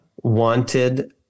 wanted